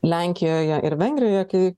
lenkijoje ir vengrijoje kai